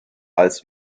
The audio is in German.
als